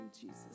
Jesus